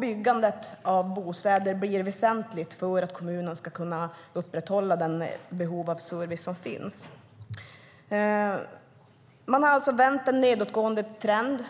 Byggandet av bostäder är väsentligt för att kommunen ska kunna möta det behov av service som finns. Pajala har vänt en nedåtgående trend.